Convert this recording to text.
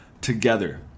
together